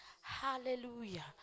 Hallelujah